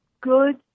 good